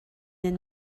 and